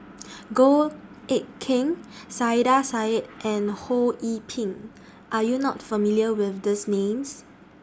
Goh Eck Kheng Saiedah Said and Ho Yee Ping Are YOU not familiar with These Names